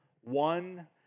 one